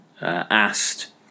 asked